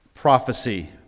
Prophecy